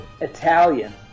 Italian